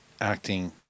acting